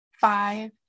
five